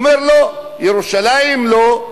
הוא אומר: לא, ירושלים, לא,